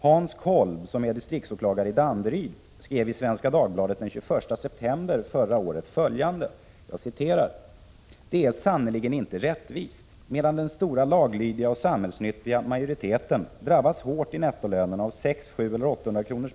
Hans Kolb, som är distriktsåklagare i Danderyd, skrev i Svenska Dagbladet den 21 september förra året följande: ”——— det är sannerligen inte rättvist. Medan den stora laglydiga och samhällsnyttiga majoriteten drabbas hårt i nettolönen av 600-700 eller 800 kr.